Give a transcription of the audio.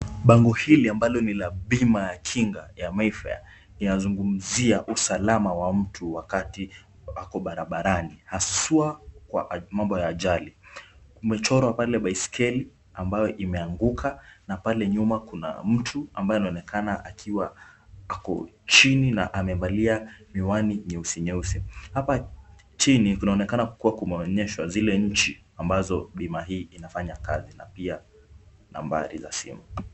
Bango hili ambalo ni la bima ya kinga ya Mayfair inazungumzia usalama wa mtu wakati ako barabarani haswa kwa mambo ya ajali. Umechorwa pale baiskeli ambayo imeanguka na pale nyuma kuna mtu ambaye anaonekana akiwa ako chini na amevalia miwani nyeusi nyeusi. Hapa chini kunaonekana kuwa kumeonyeshwa zile nchi ambazo bima hii inafanya kazi na pia nambari za simu.